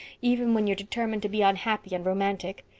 even when you're determined to be unhappy and romantic.